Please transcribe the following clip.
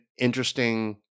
interesting